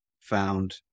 found